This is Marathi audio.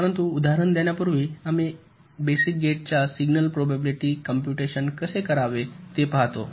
परंतु उदाहरण देण्यापूर्वी आम्ही बेसिक गेट च्या सिग्नल प्रोबॅबिलिटी कॉम्पुटेशन कसे करावे ते पाहतो